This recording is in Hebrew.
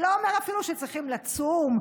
שלא אומר אפילו שצריכים לצום,